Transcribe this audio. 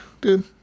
dude